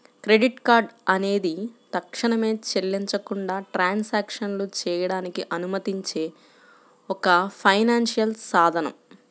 credit card అనేది తక్షణమే చెల్లించకుండా ట్రాన్సాక్షన్లు చేయడానికి అనుమతించే ఒక ఫైనాన్షియల్ సాధనం